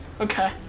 Okay